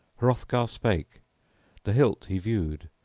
hrothgar spake the hilt he viewed,